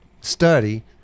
study